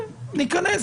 ניכנס לזה,